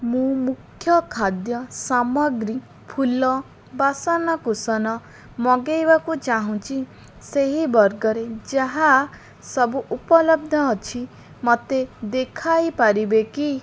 ମୁଁ ମୁଖ୍ୟ ଖାଦ୍ୟ ସାମଗ୍ରୀ ଫୁଲ ବାସନକୁସନ ମଗାଇବାକୁ ଚାହୁଁଛି ସେହି ବର୍ଗରେ ଯାହା ସବୁ ଉପଲବ୍ଧ ଅଛି ମୋତେ ଦେଖାଇପାରିବେ କି